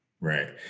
Right